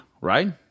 right